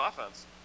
offense